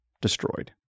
destroyed